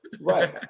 Right